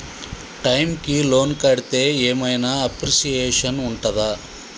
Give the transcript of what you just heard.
Time కి loan కడ్తే ఏం ఐనా అప్రిషియేషన్ ఉంటదా?